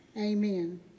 Amen